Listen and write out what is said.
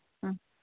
ಹಾಂ